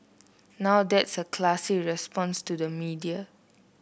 now that's a classy response to the media